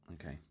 Okay